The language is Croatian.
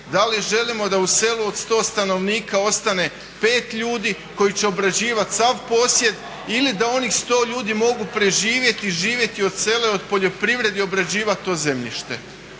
da li želimo da u selu od 100 stanovnika ostane pet ljudi koji će obrađivat sav posjed ili da onih 100 ljudi mogu preživjeti i živjeti od sela i od poljoprivrede i obrađivat to zemljište.